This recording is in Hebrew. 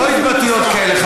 לא התבטאויות כאלה.